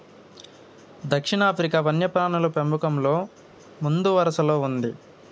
దక్షిణాఫ్రికా వన్యప్రాణుల పెంపకంలో ముందువరసలో ఉంది